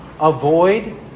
Avoid